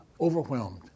overwhelmed